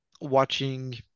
watching